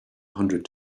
hundred